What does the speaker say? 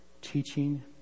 teaching